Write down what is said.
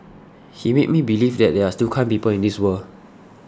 he made me believe that there are still kind people in this world